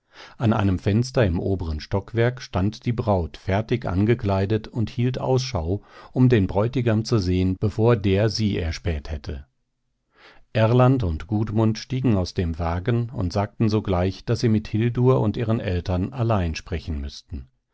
an einem fenster im oberen stockwerk stand die braut fertig angekleidet und hielt ausschau um den bräutigam zu sehen bevor der sie erspäht hätte erland und gudmund stiegen aus dem wagen und sagten sogleich daß sie mit hildur und ihren eltern allein sprechen müßten